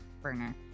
burner